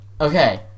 okay